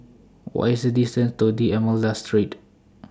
What IS The distance to D'almeida Street